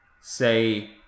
say